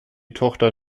tochter